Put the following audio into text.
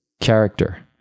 character